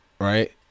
right